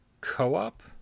co-op